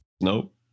Nope